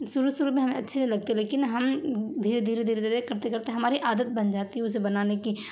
شروع شروع میں ہمیں اچھے لگتے لیکن ہم دھیرے دھیرے دھیرے کرتے کرتے ہماری عادت بن جاتی ہے اسے بنانے کی